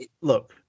Look